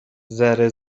ذره